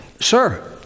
sir